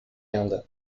end